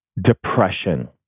depression